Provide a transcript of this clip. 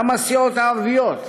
גם הסיעות הערביות,